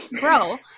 bro